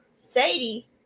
Sadie